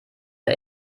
der